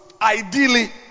ideally